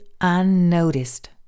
unnoticed